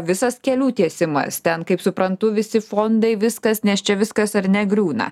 visas kelių tiesimas ten kaip suprantu visi fondai viskas nes čia viskas negriūna